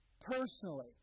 personally